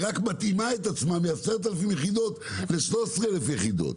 היא רק מתאימה את עצמה מ-10,000 יחידות ל-13,000 יחידות.